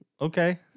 okay